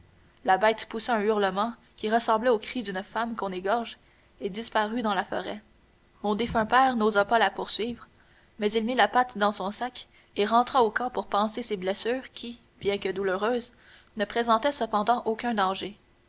la bête poussa un hurlement qui ressemblait au cri d'une femme qu'on égorge et disparut dans la forêt mon défunt père n'osa pas la poursuivre mais il mit la patte dans son sac et rentra au camp pour panser ses blessures qui bien que douloureuses ne présentaient cependant aucun danger